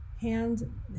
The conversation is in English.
Hand